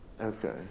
Okay